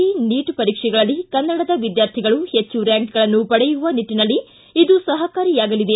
E NEET ಪರೀಕ್ಷೆಗಳಲ್ಲಿ ಕನ್ನಡ ವಿದ್ಯಾರ್ಥಿಗಳು ಹೆಚ್ಚು ರ್ಕಾಂಕ್ಗಳನ್ನು ಪಡೆಯುವ ನಿಟ್ಟನಲ್ಲಿ ಇದು ಸಹಕಾರಿಯಾಗಲಿದೆ